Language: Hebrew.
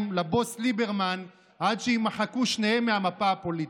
לבוס ליברמן עד שיימחקו שניהם מהמפה הפוליטית.